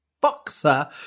Boxer